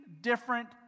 different